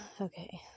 Okay